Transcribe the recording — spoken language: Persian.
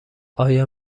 آیا